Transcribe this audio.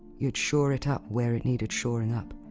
you'd shore it up where it needed shoring up,